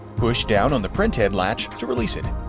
push down on the printhead latch to release it.